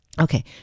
Okay